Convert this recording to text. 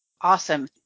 Awesome